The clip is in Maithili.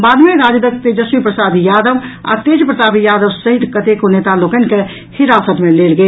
बाद मे राजदक तेजस्वी प्रसाद यादव आ तेज प्रताप यादव सहित कतेको नेता लोकनि के हिरासत मे लेल गेल